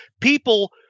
people